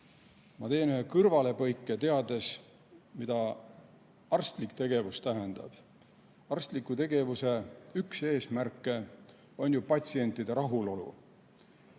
Ma teen ühe kõrvalepõike, teades, mida arstlik tegevus tähendab. Arstliku tegevuse üks eesmärke on ju patsientide rahulolu.